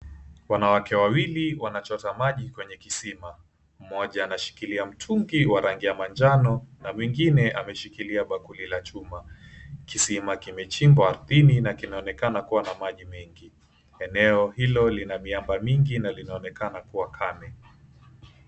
Wanawake wawili wanachota maji kwenye kisima. Mmoja anashikilia mtungi wa rangi ya manjano na mwingine ameshikilia bakuli la chuma. Kisima kimechimbwa chini na kinaonekana kuwa na maji mengi. Eneo hilo linamiamba mingi na linaonekana kuwa kame.